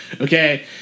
Okay